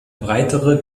breitere